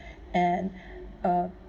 and um